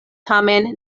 tamen